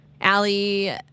Allie